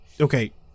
okay